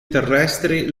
terrestri